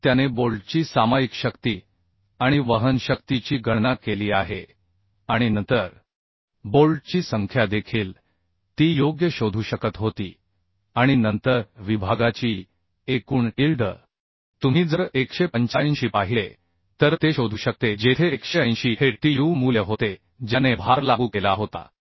मग त्याने बोल्टची सामायिक शक्ती आणि वहन शक्तीची गणना केली आहे आणि नंतर बोल्टची संख्या देखील ती योग्य शोधू शकत होती आणि नंतर विभागाची एकूण इल्ड तुम्ही जर 185 पाहिले तर ते शोधू शकते जेथे 180 हे TU मूल्य होते ज्याने भार लागू केला होता